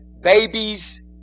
Babies